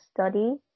study